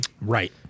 right